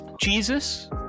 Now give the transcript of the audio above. jesus